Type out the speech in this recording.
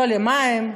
לא למים,